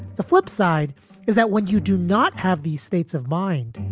the flip side is that when you do not have these states of mind,